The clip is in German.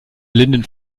blinden